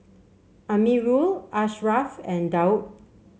Amirul Ashraf and Daud